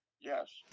Yes